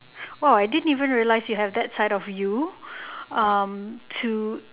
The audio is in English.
!wah! I didn't even realise you have that side of you um to